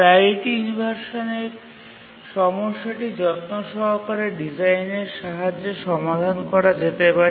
priority ইনভারসানের সমস্যাটি যত্ন সহকারে ডিজাইনের সাহায্যে সমাধান করা যেতে পারে